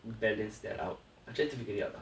balance that out I try to figure it out lah